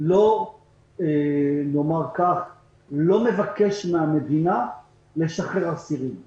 אני לא מבקש מהמדינה לשחרר אסירים כי,